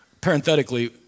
parenthetically